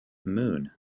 moon